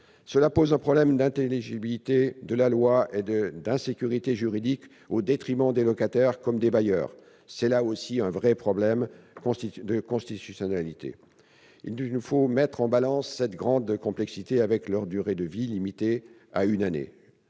Cela pose un problème d'intelligibilité de la loi et d'insécurité juridique au détriment des locataires comme des bailleurs, et cela pose également un vrai problème de constitutionnalité. Il nous faut mettre en balance cette grande complexité avec leur durée de vie, limitée à une année.